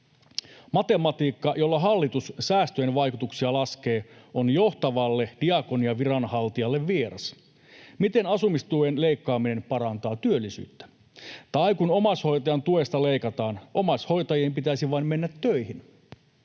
Matematiikka, jolla hallitus säästöjen vaikutuksia laskee, on johtavalle diakoniaviranhaltijalle vieras. Miten asumistuen leikkaaminen parantaa työllisyyttä? Tai kun omaishoitajan tuesta leikataan, omaishoitajien pitäisi vain mennä töihin.